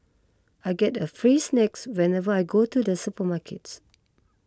I get a free snacks whenever I go to the supermarket